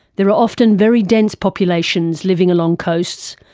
there are often very dense populations living along coasts,